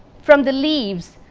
from the leaves